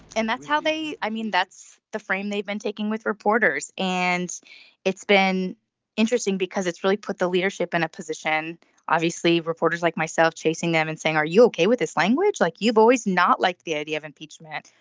and that's how they. i mean that's the frame they've been taking with reporters and it's been interesting because it's really put the leadership in and a position obviously reporters like myself chasing them and saying are you ok with this language like you've always not liked the idea of impeachment.